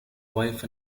wife